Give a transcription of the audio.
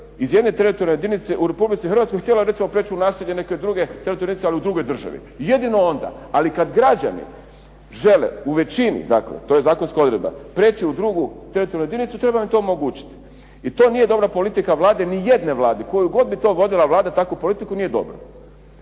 iz jedne teritorijalne jedinice u Republici Hrvatskoj htjelo recimo preći u naselje neke druge teritorijalne jedinice ali u drugoj državi. Jedino onda, ali kada građani žele u većini, dakle, to je zakonska odredba preći u drugu teritorijalnu jedinicu treba im to omogućiti. I to nije dobra politika Vlade ni jedne Vlade, koju god bi to vodila Vlada takvu politiku nije dobro.